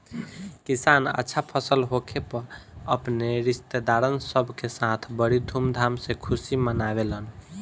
किसान अच्छा फसल होखे पर अपने रिस्तेदारन सब के साथ बड़ी धूमधाम से खुशी मनावेलन